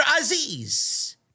Aziz